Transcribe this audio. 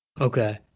okay